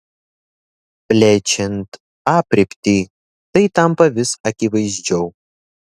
plečiant aprėptį tai tampa vis akivaizdžiau